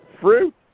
fruit